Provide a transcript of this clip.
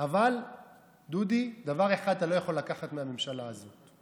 אבל דודי, דבר אחד אתה לא יכול לקחת מהממשלה הזאת.